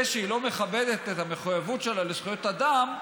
שהיא לא מכבדת את המחויבות שלה לזכויות אדם,